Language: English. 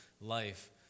life